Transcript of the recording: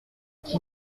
qui